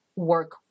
work